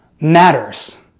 matters